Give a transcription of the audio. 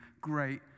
great